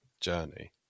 journey